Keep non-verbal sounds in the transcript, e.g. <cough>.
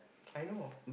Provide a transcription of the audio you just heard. <noise> I know